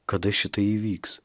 kada šitai įvyks